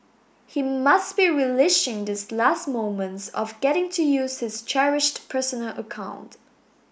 he must be relishing these last moments of getting to use his cherished personal account